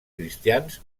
cristians